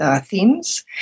themes